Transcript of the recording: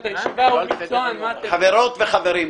חברות וחברים,